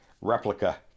replica